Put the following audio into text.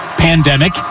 pandemic